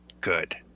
good